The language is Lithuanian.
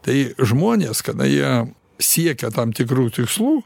tai žmonės kada jie siekia tam tikrų tikslų